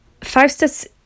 Faustus